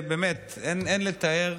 באמת, אין לתאר.